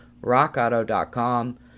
RockAuto.com